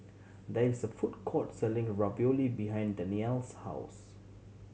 there is a food court selling Ravioli behind Dannielle's house